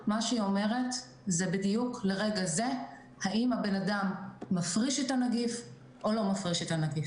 אף אחד לא שמע על זה, אף אחד לא קיבל תשובה